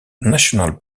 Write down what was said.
national